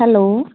hello